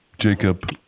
Jacob